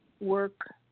work